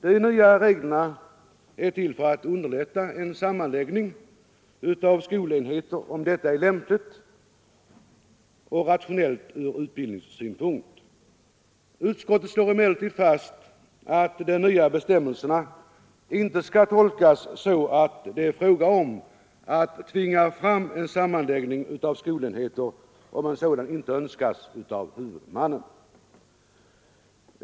De nya reglerna är till för att underlätta en sammanläggning av skolenheter om detta är lämpligt och rationellt från utbildningssynpunkt. Utskottet slår emellertid fast att de nya bestämmelserna inte skall tolkas så, att det kan bli fråga om att tvinga fram en sammanläggning av skolenheter om en sådan inte önskas av huvudmannen.